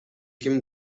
ким